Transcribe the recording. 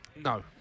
No